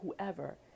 whoever